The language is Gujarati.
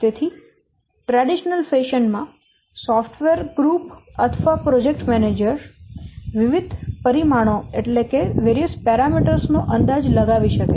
તેથી પરંપરાગત ફેશન માં સોફ્ટવેર જૂથ અથવા પ્રોજેક્ટ મેનેજર વિવિધ પરિમાણો નો અંદાજ લગાવી શકે છે